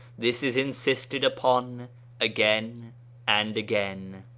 this is insisted upon again and again,